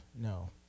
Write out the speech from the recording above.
No